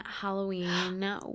halloween